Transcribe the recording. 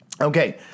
Okay